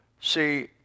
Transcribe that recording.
See